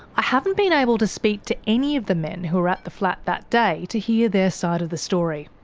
i haven't been able to speak to any of the men who were at the flat that day to hear their side of this story.